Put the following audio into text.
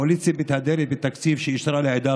הקואליציה מתהדרת בתקציב שאישרה לעדה